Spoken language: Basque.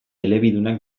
elebidunak